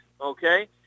Okay